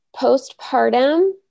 postpartum